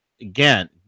Again